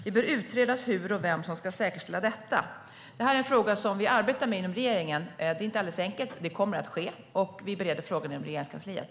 Det bör utredas hur och vem som ska säkerställa detta. Det här är en fråga som vi arbetar med inom regeringen. Det är inte alldeles enkelt. Det kommer att ske, och vi bereder frågan i Regeringskansliet.